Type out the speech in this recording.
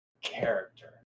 character